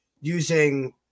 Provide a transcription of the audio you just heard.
using